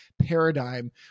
paradigm